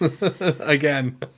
Again